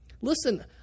Listen